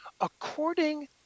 According